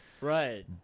Right